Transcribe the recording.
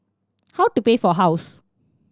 how to pay for house